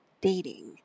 dating